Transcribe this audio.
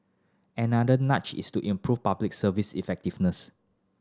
another nudge is to improve Public Service effectiveness